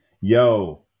Yo